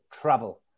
Travel